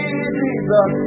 Jesus